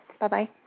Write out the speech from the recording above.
Bye-bye